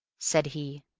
said he.